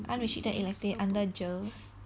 unrestricted elective under GER